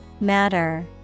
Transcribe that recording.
Matter